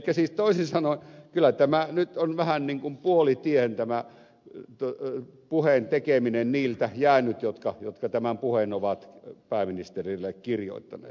siis toisin sanoen kyllä nyt on vähän niin kuin puolitiehen tämä puheen tekeminen niiltä jäänyt jotka tämän puheen ovat pääministerille kirjoittaneet